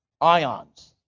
ions